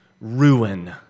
Ruin